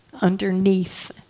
underneath